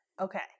Okay